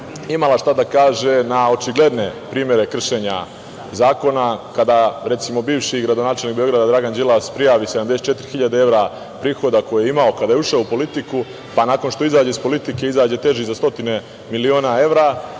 imala šta da kaže na očigledne primere kršenja zakona kada, recimo, bivši gradonačelnik Beograda, Dragan Đilas prijavi 74 hiljade evra prihoda koje je imao kada je ušao u politiku, pa nakon što izađe iz politike izađe teži za stotine miliona evra.